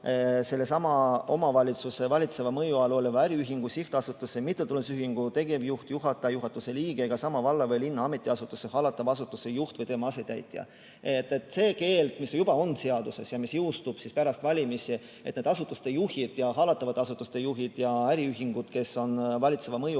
sellesama omavalitsuse valitseva mõju all oleva äriühingu, sihtasutuse või mittetulundusühingu tegevjuht, juhataja, juhatuse liige ega sama valla või linna ametiasutuse hallatava asutuse juht või tema asetäitja. Ehk see keeld, mis juba on seaduses ja mis jõustub pärast, et nende asutuste juhid ja hallatavate asutuste juhid ja äriühingud, kes on valitseva mõju